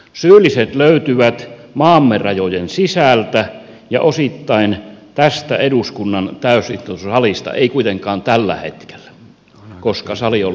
syylliset löytyvät maamme rajojen sisältä ja osittain tästä eduskunnan täysistuntosalista ei kuitenkaan tällä hetkellä koska sali on lähes tyhjä